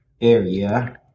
area